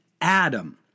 Adam